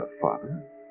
father